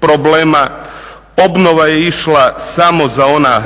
problema. Obnova je išla samo za ona,